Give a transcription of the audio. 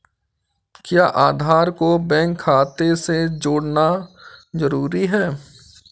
क्या आधार को बैंक खाते से जोड़ना जरूरी है?